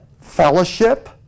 Fellowship